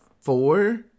four